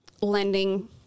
lending